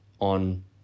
on